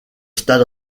stade